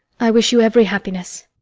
i wish you every happiness.